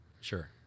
Sure